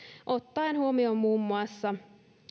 ottaen huomioon muun muassa